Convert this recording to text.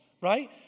right